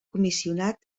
comissionat